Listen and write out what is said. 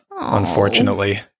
unfortunately